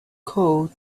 call